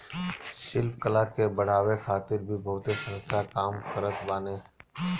शिल्प कला के बढ़ावे खातिर भी बहुते संस्थान काम करत बाने